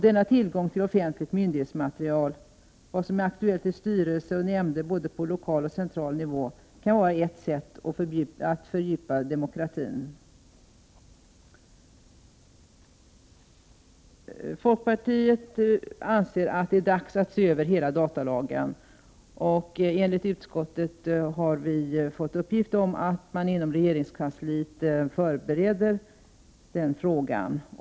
Denna tillgång till offentligt myndighetsmaterial, vad som är aktuellt i styrelser och nämnder på både lokal och central nivå t.ex., kan vara ett sätt att fördjupa demokratin. Folkpartiet anser att det är dags att se över hela datalagen. Enligt utskottet har vi fått uppgift om att man inom regeringskansliet förbereder den frågan.